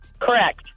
Correct